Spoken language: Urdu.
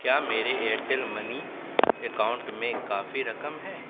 کیا میرے ایرٹیل منی اکاؤنٹ میں کافی رقم ہے